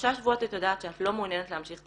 שלושה שבועות את יודעת שאת לא מעוניינת להמשיך את